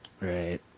Right